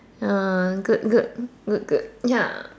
uh good good good good ya